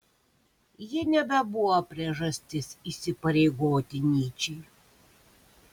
ji nebebuvo priežastis įsipareigoti nyčei